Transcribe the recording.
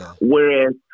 Whereas